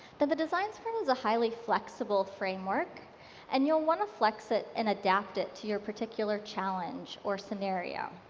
the the design sprint is a highly flexible framework and you'll want to flex it and adapt it to your particular challenge or scenario.